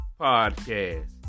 Podcast